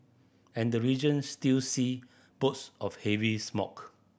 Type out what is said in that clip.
and the region still see bouts of heavy smoke